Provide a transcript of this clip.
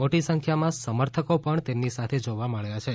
મોટી સંખ્યામાં સમર્થકો પણ તેમની સાથે જોવા મબ્યા છે